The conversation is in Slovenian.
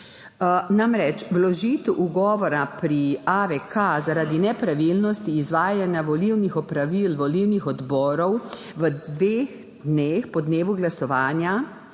Namreč, vložitev ugovora pri AVK zaradi nepravilnosti izvajanja volilnih opravil volilnih odborov v dveh dneh po dnevu glasovanja,